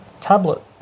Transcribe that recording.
tablet